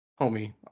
homie